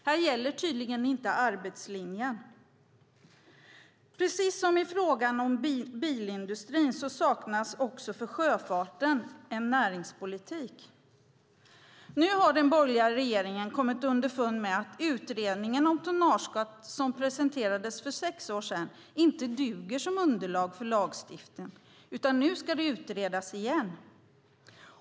Här gäller tydligen inte arbetslinjen. Precis som i fråga om bilindustrin saknas det också för sjöfarten en näringspolitik. Nu har den borgerliga regeringen kommit underfund med att utredningen om tonnageskatt som presenterades för sex år sedan inte duger som underlag för lagstiftning, utan nu ska det utredas igen.